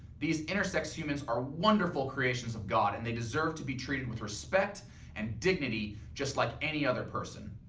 these intersex humans are wonderful creations of god and they deserve to be treated with respect and dignity just like any other person.